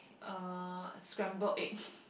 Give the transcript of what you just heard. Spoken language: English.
uh scrambled egg